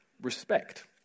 respect